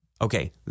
Okay